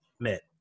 met